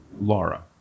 Laura